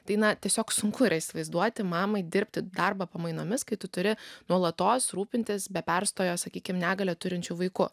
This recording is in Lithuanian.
tai na tiesiog sunku yra įsivaizduoti mamai dirbti darbą pamainomis kai tu turi nuolatos rūpintis be perstojo sakykime negalią turinčiu vaiku